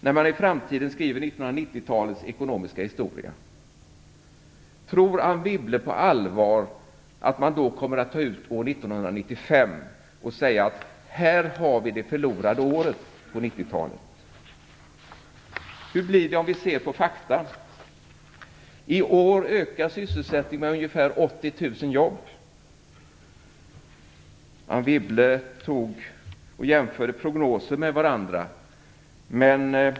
När man i framtiden skall skriva 1990-talets svenska historia, tror Anne Wibble på allvar att man då kommer att ta ut 1995 som det förlorade året på 1990-talet? Hur blir det om vi ser på fakta? I år ökar sysselsättningen med ungefär 80 000 jobb. Anne Wibble jämförde prognoser med varandra.